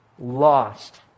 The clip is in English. Lost